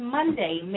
Monday